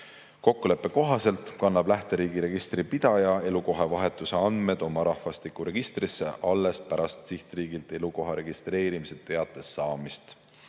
kohaselt kannab lähteriigi registripidaja elukoha vahetuse andmed oma rahvastikuregistrisse alles pärast sihtriigilt elukoha registreerimise teate saamist.